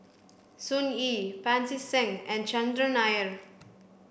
Sun Yee Pancy Seng and Chandran Nair